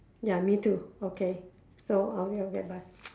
ya me too okay so okay okay bye